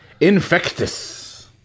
Infectus